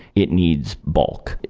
it needs bulk,